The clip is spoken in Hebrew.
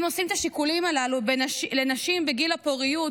אם עושים את השיקולים הללו לנשים בגיל הפוריות,